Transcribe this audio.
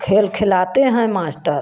खेल खिलाते हैं मास्टर